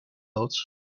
loods